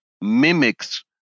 mimics